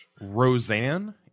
roseanne